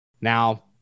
Now